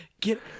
Get